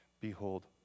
Behold